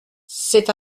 c’est